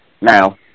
Now